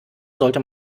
sollte